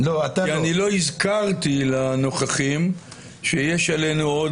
כי אני לא הזכרתי לנוכחים שיש עלינו עוד